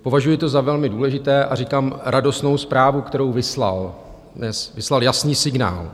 Považuji to za velmi důležité a říkám radostnou zprávu, kterou vyslal, vyslal jasný signál.